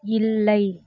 இல்லை